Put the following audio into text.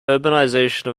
urbanization